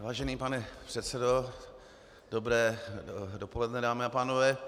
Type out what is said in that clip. Vážený pane předsedo, dobré dopoledne, dámy a pánové.